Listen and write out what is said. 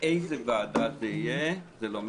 באיזו ועדה זה יהיה זה לא משנה.